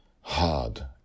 hard